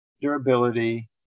durability